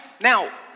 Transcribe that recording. Now